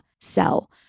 sell